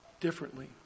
differently